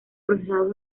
procesados